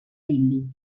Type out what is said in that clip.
billy